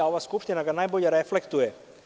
Ova Skupština ga najbolje reflektuje.